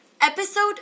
Episode